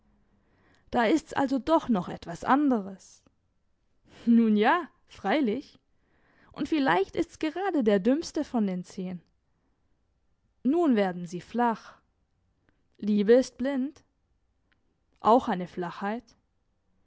da ist's also doch noch etwas anderes nun ja freilich und vielleicht ist's gerade der dümmste von den zehn nun werden sie flach liebe ist blind auch eine flachheit